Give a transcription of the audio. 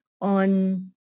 on